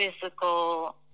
physical